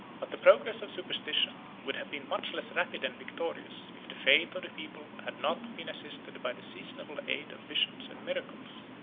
but the progress of superstition would have been much less rapid and victorious, if the faith of the people had not been assisted by the seasonable aid of visions and miracles,